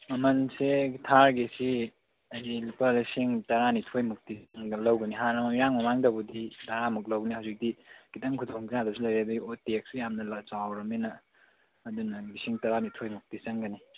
ꯃꯃꯜꯁꯦ ꯊꯥꯔꯒꯤꯁꯤ ꯑꯩꯒꯤ ꯂꯨꯄꯥ ꯂꯤꯁꯤꯡ ꯇꯥꯔꯥꯅꯤꯊꯣꯏꯃꯨꯛꯇꯤ ꯂꯧꯒꯅꯤ ꯍꯥꯟꯅ ꯏꯔꯥꯡ ꯃꯃꯥꯡꯕꯨꯗꯤ ꯇꯥꯔꯥ ꯃꯨꯛ ꯂꯧꯕꯅꯦ ꯍꯧꯖꯤꯛꯇꯤ ꯈꯤꯇꯪ ꯈꯨꯗꯣꯡ ꯆꯥꯗꯕꯁꯨ ꯂꯩꯔꯦ ꯑꯗꯨꯒꯤ ꯇꯦꯛꯁꯁꯨ ꯌꯥꯝꯅ ꯆꯥꯎꯔꯕꯅꯤꯅ ꯑꯗꯨꯅ ꯂꯤꯁꯤꯡ ꯇꯥꯔꯥꯅꯤꯊꯣꯏꯃꯨꯛꯇꯤ ꯆꯪꯒꯅꯤ